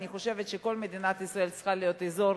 אני חושבת שכל מדינת ישראל צריכה להיות אזור